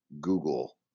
Google